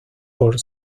por